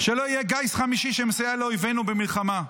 שלא יהיה גיס חמישי שמסייע לאויבינו במלחמה,